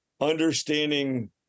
understanding